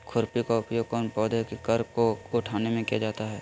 खुरपी का उपयोग कौन पौधे की कर को उठाने में किया जाता है?